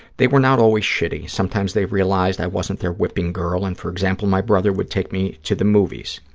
they were not always shitty. sometimes they realized i wasn't their whipping girl and, for example, my brother would take me to the movies.